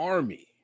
Army